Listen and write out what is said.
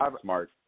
smart